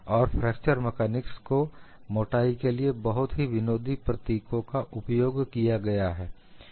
और fracture mechanics को मोटाई के लिए बहुत ही विनोदी प्रतीकों का उपयोग किया गया है